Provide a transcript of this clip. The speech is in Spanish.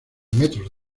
metros